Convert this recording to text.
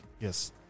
Yes